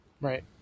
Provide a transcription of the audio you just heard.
Right